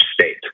state